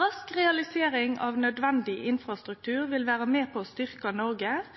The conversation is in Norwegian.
Rask realisering av nødvendig infrastruktur vil vere med på å styrkje Noreg